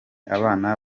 abana